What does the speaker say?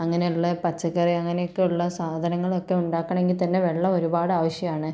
അങ്ങനെയുള്ള പച്ചക്കറി അങ്ങനെയൊക്കെയുള്ള സാധനങ്ങളൊക്കെ ഉണ്ടാക്കണമെങ്കിൽ തന്നെ വെള്ളം ഒരുപാട് ആവശ്യമാണ്